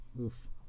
oof